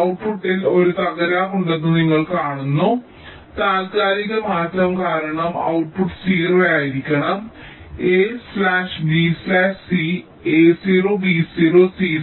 ഔട്ട്പുട്ടിൽ ഒരു തകരാറുണ്ടെന്ന് നിങ്ങൾ കാണുന്നു താൽക്കാലിക മാറ്റം കാരണം ഔട്ട്പുട്ട് 0 ആയിരിക്കണം a b c a0 b0